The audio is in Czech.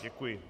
Děkuji.